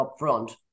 upfront